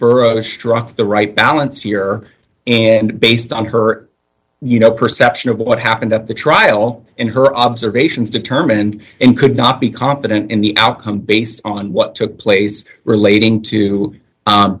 burris struck the right balance here and based on her you know perception of what happened at the trial in her observations determined and could not be competent in the outcome based on what took place relating to